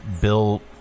Bill